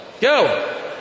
Go